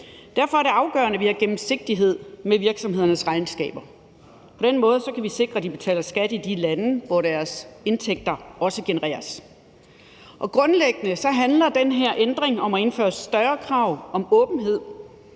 Derfor er det afgørende, at der er gennemsigtighed i virksomhedernes regnskaber. På den måde kan vi sikre, at de betaler skat i de lande, hvor deres indtægter også genereres. Grundlæggende handler den her ændring om at indføre krav om større